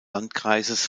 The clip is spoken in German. landkreises